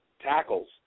tackles